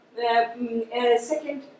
second